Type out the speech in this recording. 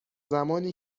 زمانی